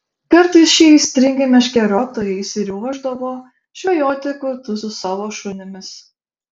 kartais šie aistringi meškeriotojai išsiruošdavo žvejoti kartu su savo šunimis